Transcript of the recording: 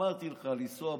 אמרתי לך, אי-אפשר לנסוע בנגב.